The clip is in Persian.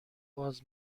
باز